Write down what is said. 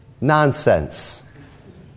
nonsense